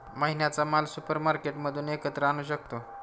महिन्याचा माल सुपरमार्केटमधून एकत्र आणू शकतो